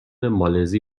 مالزی